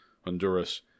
Honduras